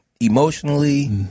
Emotionally